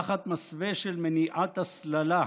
תחת מסווה של מניעת הסללה,